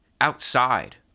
outside